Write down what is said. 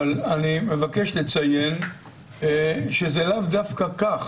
אבקש לציין שזה לאו דווקא כך,